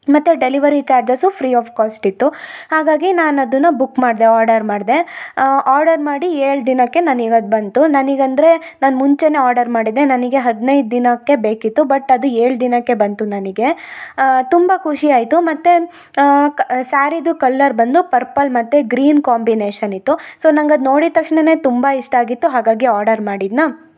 ಮತ್ತು delivery charges free of cost ಇತ್ತು ಹಾಗಾಗಿ ನಾನು ಅದನ್ನ ಬುಕ್ ಮಾಡಿದೆ ಆರ್ಡರ್ ಮಾಡಿದೆ ಆರ್ಡರ್ ಮಾಡಿ ಏಳು ದಿನಕ್ಕೆ ನನಗ್ ಅದು ಬಂತು ನನಗ್ ಅಂದರೆ ನಾನು ಮುಂಚೆ ಆರ್ಡರ್ ಮಾಡಿದ್ದೆ ನನಗೆ ಹದಿನೈದು ದಿನಕ್ಕೆ ಬೇಕಿತ್ತು ಬಟ್ ಅದು ಏಳು ದಿನಕ್ಕೆ ಬಂತು ನನಗೆ ತುಂಬ ಖುಷಿ ಆಯಿತು ಮತ್ತು ಕಾ ಸ್ಯಾರಿದು ಕಲ್ಲರ್ ಬಂದು ಪರ್ಪಲ್ ಮತ್ತು ಗ್ರೀನ್ ಕಾಂಬಿನೇಷನ್ ಇತ್ತು ಸೋ ನಂಗೆ ಅದು ನೋಡಿದ ತಕ್ಷಣ ತುಂಬ ಇಷ್ಟ ಆಗಿತ್ತು ಹಾಗಾಗಿ ಆರ್ಡರ್ ಮಾಡಿದ್ನ